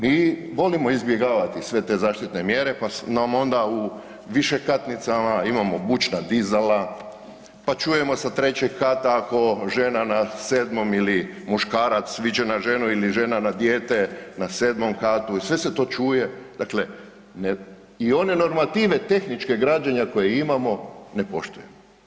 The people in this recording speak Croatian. Mi volimo izbjegavati sve te zaštitne mjere, pa nam onda u višekatnicama imamo bučna dizala, pa čujemo sa 3. kata ako žena na 7. ili muškarac viče na ženu ili žena na dijete na 7. katu i sve se to čuje, dakle i normative tehničkog građenja koje imamo, ne poštujemo.